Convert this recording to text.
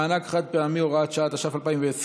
מענק חד-פעמי) (הוראה שעה ותיקוני חקיקה),